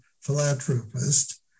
philanthropist